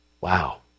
Wow